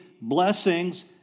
blessings